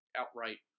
outright